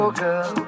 girl